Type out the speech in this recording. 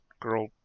girl